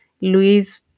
Luis